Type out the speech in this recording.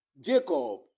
Jacob